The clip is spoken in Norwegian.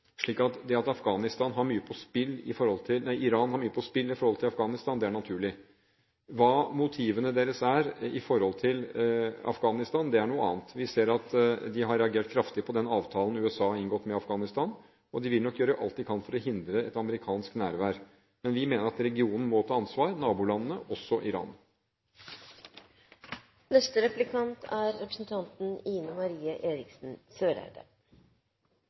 det at Iran har mye på spill i forhold til Afghanistan, er naturlig. Hva motivene deres er når det gjelder Afghanistan, er noe annet. Vi ser at de har reagert kraftig på den avtalen USA har inngått med Afghanistan. De vil nok gjøre alt de kan for å hindre et amerikansk nærvær. Men vi mener at nabolandene i regionen må ta ansvar, også Iran. Jeg vil litt tilbake til Pakistan. Det regionale perspektivet er